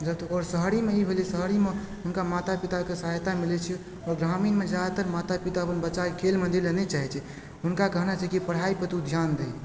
जबतक ओकर शहरीमे ई भेलै शहरी मे हुनका माता पिताके सहायता मिलय छै ग्रामीणमे जादातर माता पिता अपन बच्चाके खेलमे दैलऽ नहि चाहैत छै हुनका कहना छै की पढ़ाइ पर तू ध्यान दही